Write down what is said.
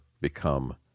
become